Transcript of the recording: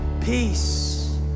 peace